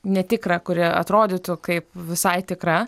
netikrą kuri atrodytų kaip visai tikra